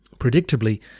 Predictably